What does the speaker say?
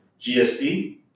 GSD